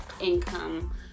income